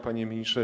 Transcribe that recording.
Panie Ministrze!